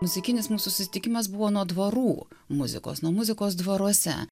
muzikinis mūsų susitikimas buvo nuo dvarų muzikos nuo muzikos dvaruose